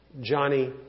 Johnny